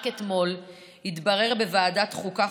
רק אתמול התברר בוועדת החוקה,